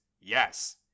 yes